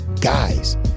Guys